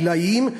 העילאיים,